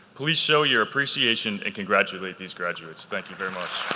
please show your appreciation and congratulate these graduates. thank you very much.